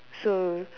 so